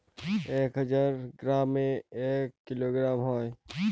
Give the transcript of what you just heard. এক হাজার গ্রামে এক কিলোগ্রাম হয়